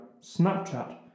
Snapchat